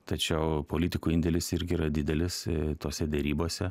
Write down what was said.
tačiau politikų indėlis irgi yra didelis tose derybose